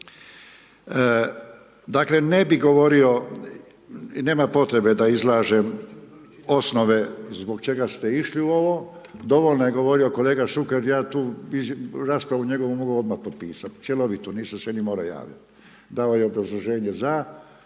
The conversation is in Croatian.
Dakle, ne bih govorio i nema potrebe da izlažem osnove zbog čega ste išli u ovo. Dovoljno je govorio kolega Šuker ja tu njegovu raspravu mogu odmah potpisat, cjelovito nisam se ni morao javit. Dao je obrazloženje za